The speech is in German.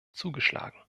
zugeschlagen